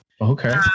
Okay